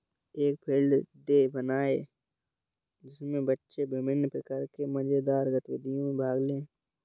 एक field day बनाएं जिसमें बच्चे विभिन्न प्रकार की मजेदार गतिविधियों में भाग लें